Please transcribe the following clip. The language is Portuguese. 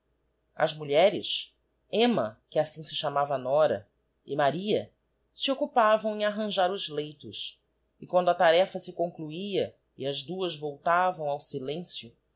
as mulheres emma que assim se chamava a nora e maria se occupavam em arranjar os leitos e quando a tarefa se concluia e as duas voltavam ao silencio